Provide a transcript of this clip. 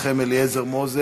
חבר הכנסת מנחם אליעזר מוזס,